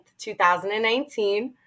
2019